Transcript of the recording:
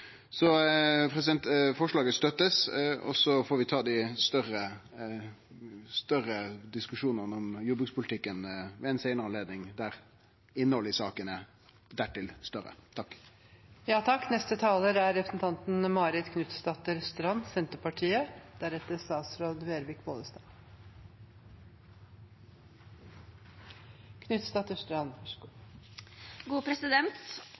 Forslaget blir støtta, og så får vi ta dei større diskusjonane om jordbrukspolitikken ved ei seinare anledning, der innhaldet i saka er dertil større.